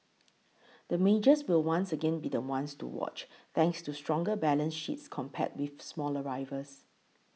the majors will once again be the ones to watch thanks to stronger balance sheets compared with smaller rivals